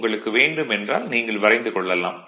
உங்களுக்கு வேண்டுமென்றால் நீங்கள் வரைந்து கொள்ளலாம்